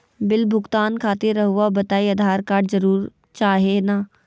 Bill भुगतान खातिर रहुआ बताइं आधार कार्ड जरूर चाहे ना?